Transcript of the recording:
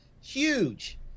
Huge